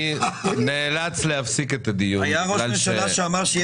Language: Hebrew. אני נאלץ להפסיק את הדיון בגלל